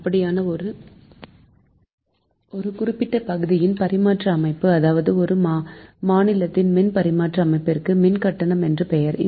அப்படியான ஒரு குறிப்பிட்ட பகுதியின் பரிமாற்ற அமைப்பு அதாவது ஒரு மாநிலத்தின் மின் பரிமாற்ற அமைப்பிற்கு மின் கட்டம் என்று பெயர்